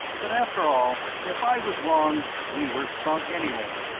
but after all, if i was wrong we were sunk anyway.